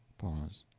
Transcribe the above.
pause.